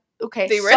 Okay